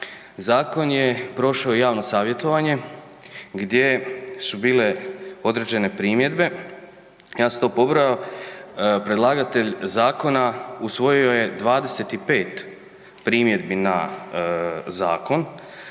zakon je prošao javno savjetovanje gdje su bile određene primjedbe, ja sam to pobrao, predlagatelj zakona usvojio je 25 primjedbi na zakon,